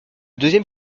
deuxième